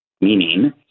meaning